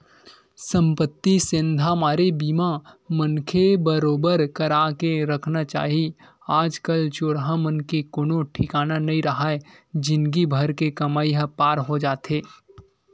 संपत्ति सेंधमारी बीमा मनखे बरोबर करा के रखना चाही आज कल चोरहा मन के कोनो ठिकाना नइ राहय जिनगी भर के कमई ह पार हो जाथे